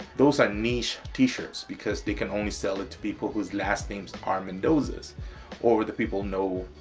those are niche t-shirts because they can only sell it to people whose last names are mendozas or the people know,